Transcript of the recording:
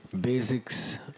basics